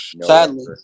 sadly